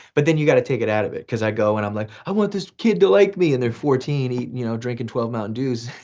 but then you gotta take it out of it. cause i go and i'm like, i want this kid to like me, and they're fourteen you know drinking twelve mountain dews.